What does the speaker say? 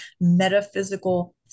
metaphysical